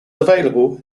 available